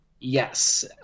Yes